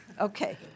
Okay